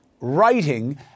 writing